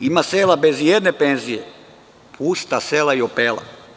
Ima sela bez i jedne penzije, pusta sela i opela.